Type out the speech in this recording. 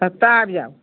कतऽ आबि जाउ